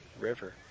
river